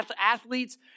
athletes